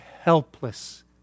helpless